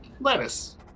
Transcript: Lettuce